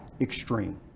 extreme